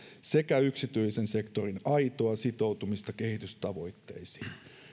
sekä yksityisen sektorin aitoa sitoutumista kehitystavoitteisiin